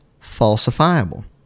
falsifiable